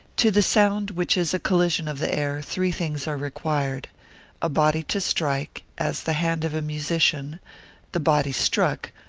to the sound, which is a collision of the air, three things are required a body to strike, as the hand of a musician the body struck,